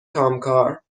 کامکار